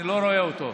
אני לא רואה אותו.